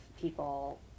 people